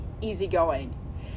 easygoing